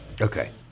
Okay